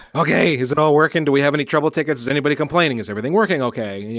okay! is it all working? do we have any trouble tickets? is anybody complaining? is everything working okay? and